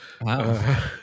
Wow